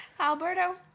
Alberto